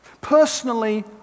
Personally